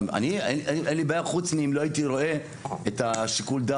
אין לי בעיה חוץ מאם לא הייתי רואה את השיקול דעת